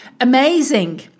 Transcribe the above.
amazing